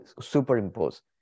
superimpose